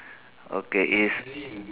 okay is